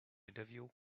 interview